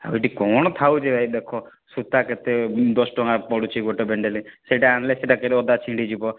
ଆଉ ଏଇଠି କ'ଣ ଥାଉଛି ଭାଇ ଦେଖ ସୂତା କେତେ ଦଶ ଟଙ୍କା ପଡ଼ୁଛି ଗୁଟେ ବଣ୍ଡଲ୍ ସେଇଟା ଆଣିଲେ ସେଇଟା ଅଧା ଛିଣ୍ଡି ଯିବ